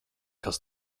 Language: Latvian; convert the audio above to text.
kas